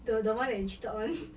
the the one that is cheated [one]